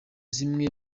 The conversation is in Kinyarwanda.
zimwe